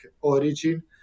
origin